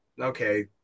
okay